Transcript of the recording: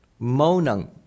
maunang